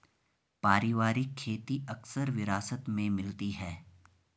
पारिवारिक खेती अक्सर विरासत में मिलती है